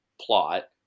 plot